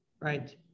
right